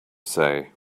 say